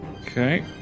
okay